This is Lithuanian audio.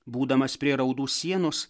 būdamas prie raudų sienos